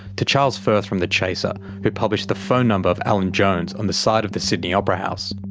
to charles firth from the chaser who published the phone number of alan jones on the side of the sydney opera house.